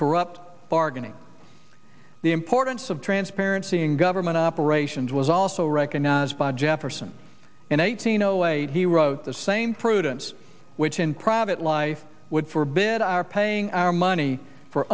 corrupt bargaining the importance of transparency in government operations was also recognized by jefferson in eighteen zero eight he wrote the same prudence which in private life would forbid our paying our money for